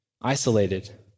isolated